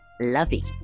lovey